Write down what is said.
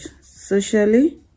socially